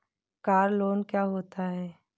Car loan क्या होता है?